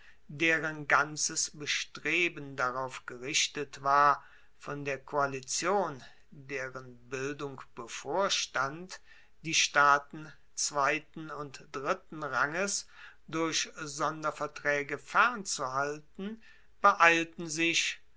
deren ganzes bestreben darauf gerichtet war von der koalition deren bildung bevorstand die staaten zweiten und dritten ranges durch sondervertraege fernzuhalten beeilten sich